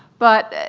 but